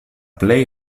plej